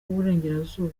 burengerazuba